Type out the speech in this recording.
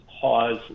pause